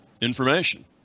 information